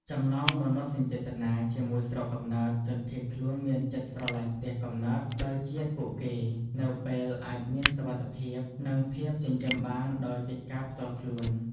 ចំណងមនោសញ្ចេតនាជាមួយស្រុកកំណើតជនភៀសខ្លួនមានចិត្តស្រឡាញ់ផ្ទះកំណើតដោយជាតិពួកគេ នៅពេលអាចមានសុវត្ថិភាព និងភាពចិញ្ចឹមបានដោយកិច្ចការផ្ទាល់ខ្លួន។